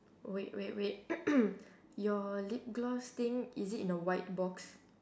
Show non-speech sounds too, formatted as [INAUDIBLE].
wait wait wait [COUGHS] your lip gloss thing is it in a white box